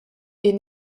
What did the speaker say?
est